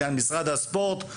משרד הספורט,